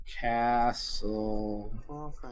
castle